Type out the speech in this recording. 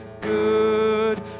good